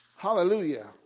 Hallelujah